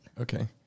Okay